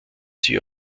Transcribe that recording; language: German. sie